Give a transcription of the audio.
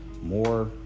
more